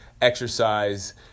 exercise